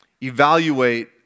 evaluate